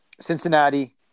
Cincinnati